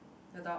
the dog